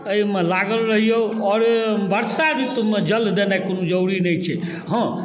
एहिमे लागल रहिऔ आओर बरसा ऋतुमे जल देनाए कोनो जरूरी नहि छै हँ